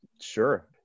Sure